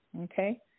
okay